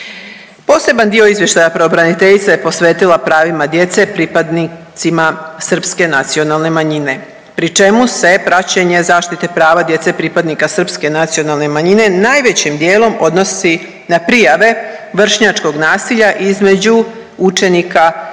Poseban dio izvještaja pravobraniteljica je posvetila pravima djece pripadnicima srpske nacionalne manjine, pri čemu se praćenje zaštite prava djece pripadnika srpske nacionalne manjine najvećim dijelom odnosi na prijave vršnjačkog nasilja između učenika različitih